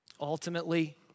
Ultimately